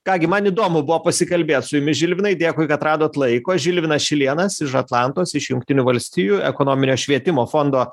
ką gi man įdomu buvo pasikalbėt su jumis žilvinai dėkui kad radot laiko žilvinas šilėnas iš atlantos iš jungtinių valstijų ekonominio švietimo fondo